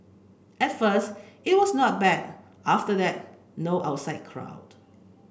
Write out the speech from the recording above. at first it was not bad after that no outside crowd